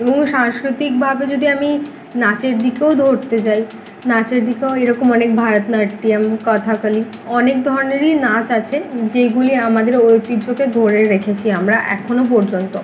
এবং সাংস্কৃতিকভাবে যদি আমি নাচের দিকেও ধরতে যাই নাচের দিকেও এই রকম অনেক ভারতনাট্যম কথাকালি অনেক ধরনেরই নাচ আছে যেগুলি আমাদের ঐতিহ্যকে ধরে রেখেছি আমরা এখনো পর্যন্ত